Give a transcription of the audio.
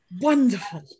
Wonderful